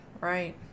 right